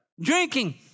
Drinking